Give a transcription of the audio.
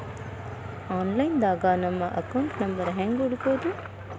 Online ದಾಗ ನಮ್ಮ account number ಹೆಂಗ್ ಹುಡ್ಕೊದು?